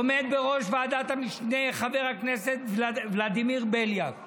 עומד בראש ועדת המשנה חבר הכנסת ולדימיר בליאק.